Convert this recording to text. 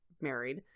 married